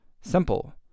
Simple